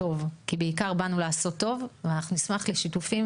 בעיקר באנו לעשות טוב ואנחנו נשמח לשיתופים